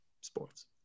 sports